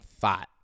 thought